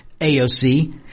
AOC